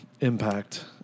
impact